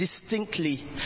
distinctly